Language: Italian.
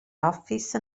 office